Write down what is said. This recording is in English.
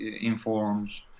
informs